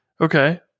okay